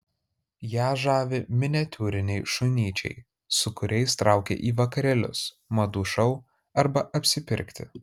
ją žavi miniatiūriniai šunyčiai su kuriais traukia į vakarėlius madų šou arba apsipirkti